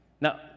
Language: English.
Now